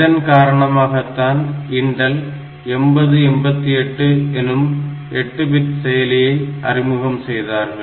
இதன் காரணமாகத்தான் இன்டல் 8088 எனும் 8 பிட் செயலியை அறிமுகம் செய்தார்கள்